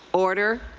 order.